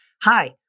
Hi